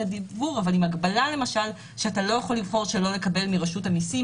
הדיוור אבל עם הגבלה שאתה לא יכול לבחור שלא לקבל מרשות המיסים,